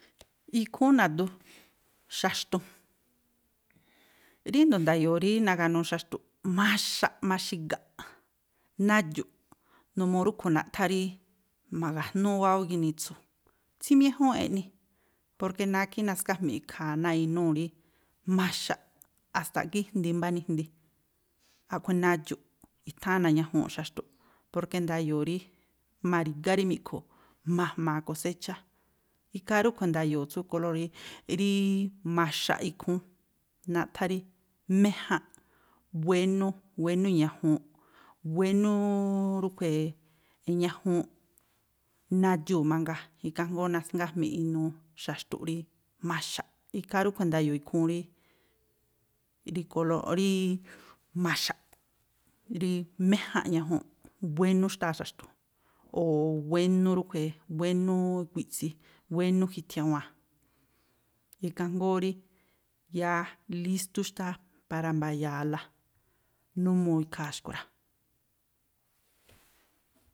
Ikúún na̱du xaxtu. Ríndo̱o nda̱yo̱o̱ rí naganuu xaxtu̱ꞌ, maxaꞌ, maxiga̱ꞌ, nadxu̱ꞌ, numuu rúꞌkhui̱ naꞌthá rí ma̱ga̱jnúú wááú ginitsu, tsimiéjúúnꞌ eꞌni, porke nákhí nasngájmi̱ꞌ ikhaa̱ náa̱ inúú rí maxaꞌ. a̱sta̱ ꞌgí jndi mbá ndijndi. A̱ꞌkhui̱ nadxu̱ꞌ, i̱tháa̱n na̱ñajuunꞌ xaxtu̱ꞌ, porke nda̱yo̱o̱ rí ma̱ri̱gá rí mi̱ꞌkhu, ma̱jma̱a̱ koséchá. Ikhaa rúꞌkhui̱ nda̱yo̱o̱ tsú kolór rííí maxaꞌ ikhúún, naꞌthá rí méjánꞌ, buénú, buénú i̱ñajuunꞌ, buenuu rúꞌkhui̱ i̱ñajuunꞌ, nadxuu̱ mangaa̱, ikhaa jngóó nasngájmi̱ꞌ inúú xaxtu̱ rí maxaꞌ. Ikhaa rúꞌkhui̱ nda̱yo̱o̱ ikhúún rí kolóo̱, ríí maxaꞌ. Rí méjánꞌ ñajuunꞌ, buénú xtáa̱ xaxtu. O̱ buénú rúꞌkhui̱, buénú ikui̱tsi, buénú jithiawaa̱. Ikhaa jngóó rí yáá lístú xtáá para mba̱ya̱a̱la numuu̱ ikhaa̱ xkui̱ rá.